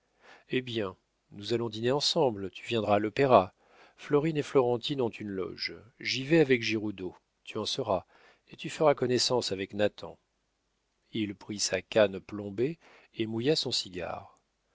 eh bien nous allons dîner ensemble tu viendras à l'opéra florine et florentine ont une loge j'y vais avec giroudeau tu en seras et tu feras connaissance avec nathan il prit sa canne plombée et mouilla son cigare